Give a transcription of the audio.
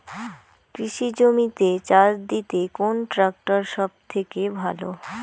কৃষি জমিতে চাষ দিতে কোন ট্রাক্টর সবথেকে ভালো?